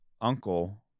uncle